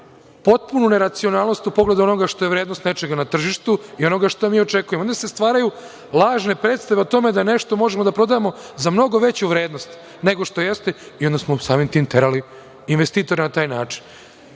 potpunu neracionalnost u pogledu onoga što je vrednost nečega na tržištu i onoga što mi očekujemo. Onda se stvaraju lažne predstave o tome da nešto možemo da prodamo za mnogo veću vrednost nego što jeste i onda smo samim tim terali investitora na taj način. Ovo